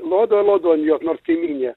lodavo lodavo an jos nors kaimynė